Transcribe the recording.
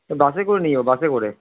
বাসে করে নিয়ে যাব বাসে করে